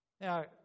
Now